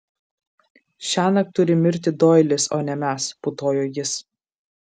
šiąnakt turi mirti doilis o ne mes putojo jis